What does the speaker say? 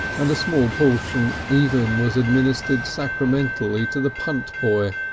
and a small portion even was administered sacramentally to the punt boy.